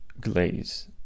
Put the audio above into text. glaze